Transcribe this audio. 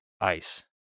ice